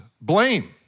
Blame